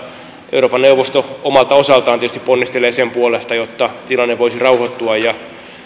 euroopan neuvosto omalta osaltaan tietysti ponnistelee sen puolesta jotta tilanne voisi rauhoittua ja